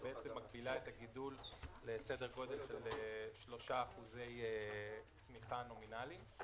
שבעצם מגבילה את הגידול לסדר גודל של 3% צמיחה נומינלי,